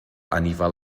anifail